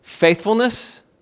Faithfulness